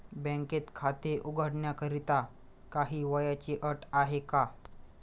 बँकेत खाते उघडण्याकरिता काही वयाची अट आहे का?